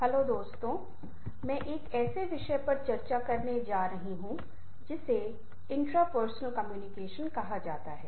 hello मैं एक ऐसे विषय पर चर्चा करने जा रहा हूं जिसे इंट्रपर्सनल कम्युनिकेशन कहा जाता है